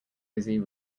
busy